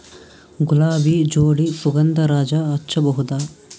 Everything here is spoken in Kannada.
ಗುಲಾಬಿ ಜೋಡಿ ಸುಗಂಧರಾಜ ಹಚ್ಬಬಹುದ?